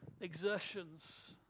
exertions